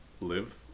live